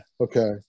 okay